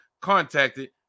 contacted